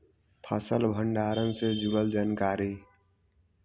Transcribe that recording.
फसल भंडारन से जुड़ल जानकारी?